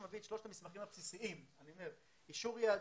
מביא את שלושת המסמכים הבסיסיים אישור יהדות,